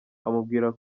amubwira